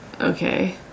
Okay